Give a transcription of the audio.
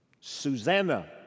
Susanna